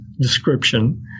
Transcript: description